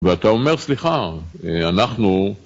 ואתה אומר, סליחה, אנחנו...